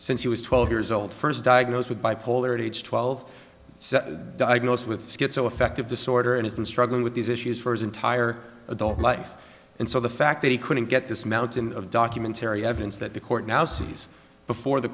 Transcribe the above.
since he was twelve years old first diagnosed with bipolar at age twelve diagnosed with schizoaffective disorder and has been struggling with these issues for his entire adult life and so the fact that he couldn't get this mountain of document terri evidence that the court now sees before the